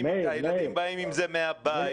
הילדים באים עם זה מהבית.